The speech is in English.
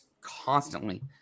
constantly